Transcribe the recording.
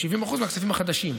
70% מהכספים החדשים,